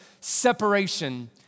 separation